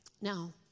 Now